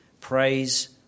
Praise